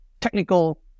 Technical